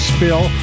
Spill